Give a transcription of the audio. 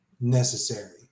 necessary